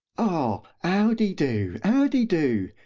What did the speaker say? ah, how dy do, how dy do!